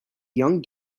young